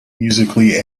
musically